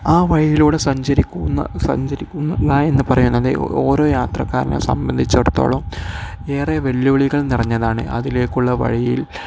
ആ വഴിയിലൂടെ സഞ്ചരിക്കുന്ന സഞ്ചരിക്കുന്ന എന്നു പറയാൻ ഓരോ യാത്രക്കാരനെ സംബന്ധിച്ചിടത്തോളം ഏറെ വെല്ലുവിളികൾ നിറഞ്ഞതാണ് അതിലേക്കുള്ള വഴിയിൽ